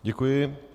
Děkuji.